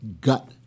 gut